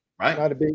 Right